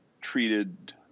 treated